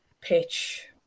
pitch